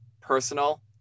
personal